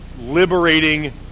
liberating